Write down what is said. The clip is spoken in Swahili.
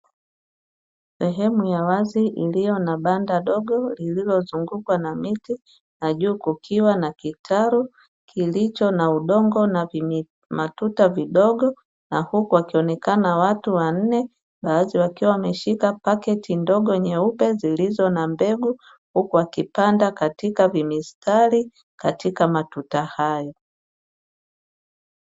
Sehwmu ya wazi iliyo na banda dogo lililozungukwa na miti na juu kukiwa na kitalu kicho na udongo na matuta vidogo, na huku wakionekana watu wanne baadhi wakiwa wameshika paketi ndogo nyeupe zilizo na mbegu, huku wakipanda katika vimistari katika matuta hayo.